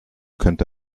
könnte